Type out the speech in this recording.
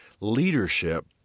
leadership